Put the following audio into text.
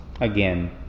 again